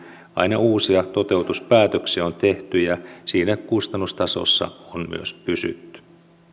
aina kun uusia toteutuspäätöksiä on tehty ja siinä kustannustasossa on myös pysytty